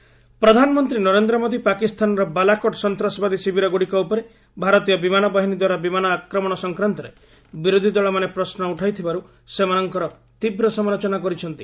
PM ଚୌକିଦାର ପ୍ରଧାନମନ୍ତ୍ରୀ ନରେନ୍ଦ୍ର ମୋଦି ପାକିସ୍ତାନର ବାଲାକୋଟ ସନ୍ତାସବାଦୀ ଶିବିର ଗୁଡିକ ଉପରେ ଭାରତୀୟ ବିମାନ ବାହିନୀ ଦ୍ୱାରା ବିମାନ ଆକ୍ରମଣକ୍ର ସଂକ୍ରାନ୍ତରେ ବିରୋଧୀଦଳମାନେ ପ୍ରଶ୍ନ ଉଠାଉଥିବାରୁ ସେମାନଙ୍କର ତୀବ୍ର ସମାଲୋଚନା କରିଛନ୍ତି